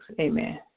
Amen